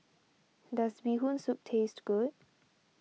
does Bee Hoon Soup taste good